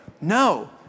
No